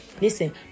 Listen